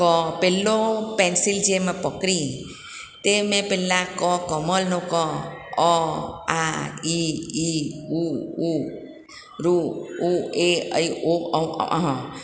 ક પેલો પેન્સિલ જે મેં પકડી તે મેં પેલા ક કમળનો ક અ આ ઇ ઈ ઉ ઊ ઋ ઉ એ ઐ ઓ એો અઃ